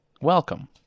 Welcome